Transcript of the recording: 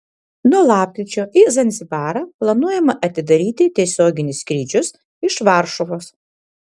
nuo lapkričio į zanzibarą planuojama atidaryti tiesioginius skrydžius iš varšuvos